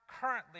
currently